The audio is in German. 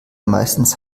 meistens